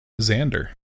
Xander